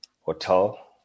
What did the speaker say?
hotel